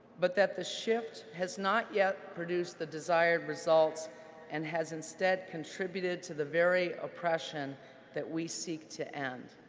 but that the shift has not yet produced the desired result and has, instead, contributed to the very oppression that we seek to end.